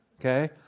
Okay